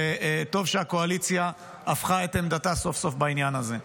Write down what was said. וטוב שהקואליציה הפכה את עמדתה סוף-סוף בעניין הזה.